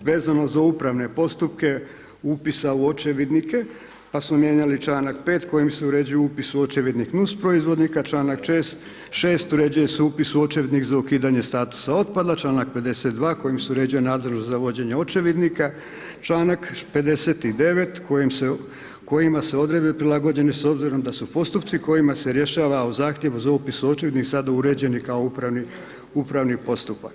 vezano za upravne postupke upisa u očevidnike pa samo mijenjali članak 5. kojim se uređuje upis u očevidnik nusproizvodnika, članak 6. uređuje se upis u očevidnik za ukidanje statusa otpada, članak 52. kojim se uređuje nadzor za vođenje očevidnika, članka 59. kojima se odredbe prilagođene s obzirom da su postupci kojima se rješava o zahtjevu za upis u očevidnik sada uređeni kao upravni, upravni postupak.